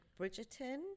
Bridgerton